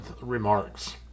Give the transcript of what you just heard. remarks